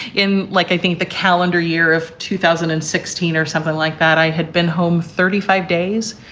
in like i think the calendar year of two thousand and sixteen or something like that. i had been home thirty five days.